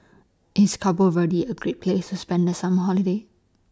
IS Cabo Verde A Great Place spend The Summer Holiday